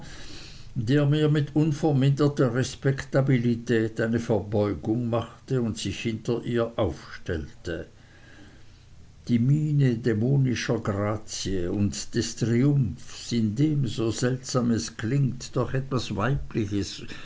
der mir mit unverminderter respektabilität eine verbeugung machte und sich hinter ihr aufstellte die miene dämonischer grazie und des triumphs in dem so seltsam es klingt doch etwas weibliches